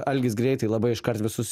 algis greitai labai iškart visus